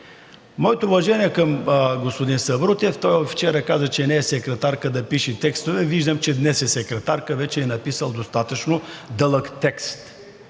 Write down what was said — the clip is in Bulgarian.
Моите уважения към господин Сабрутев, той вчера каза, че не е секретарка да пише текстове, виждам, че днес е секретар и вече е написал достатъчно дълъг текст,